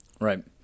Right